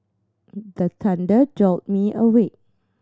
the thunder jolt me awake